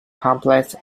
pamphlets